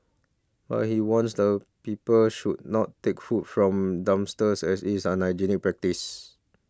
but he warns that people should not take food from dumpsters as it is an unhygienic practice